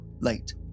late